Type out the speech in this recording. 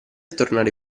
tornare